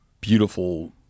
beautiful